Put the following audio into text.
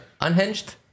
Unhinged